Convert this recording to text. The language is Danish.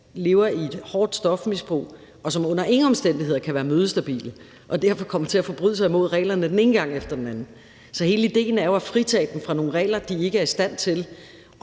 lever i et hårdt stofmisbrug, og som under ingen omstændigheder kan være mødestabile og derfor kommer til at forbryde sig mod reglerne den ene gang efter den anden. Så hele idéen er jo at fritage dem fra nogle regler, de ikke er i stand til